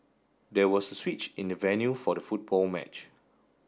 there was a switch in the venue for the football match